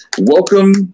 welcome